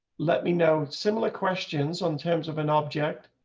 let me know. similar questions on terms of an object.